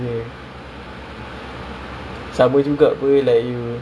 okay lah that